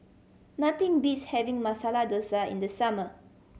nothing beats having Masala Dosa in the summer